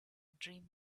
dream